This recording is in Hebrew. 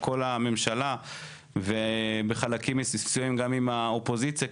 כל הממשלה וגם בחלקים מסוימים יחד עם האופוזיציה,